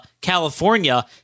California